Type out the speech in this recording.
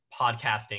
podcasting